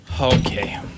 Okay